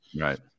Right